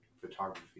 photography